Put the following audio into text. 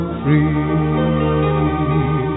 free